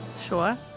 Sure